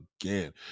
again